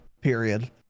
Period